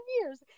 years